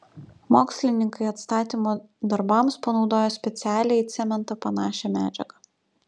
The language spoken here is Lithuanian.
mokslininkai atstatymo darbams panaudojo specialią į cementą panašią medžiagą